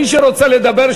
מי שרוצה לדבר,